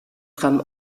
tram